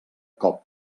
cop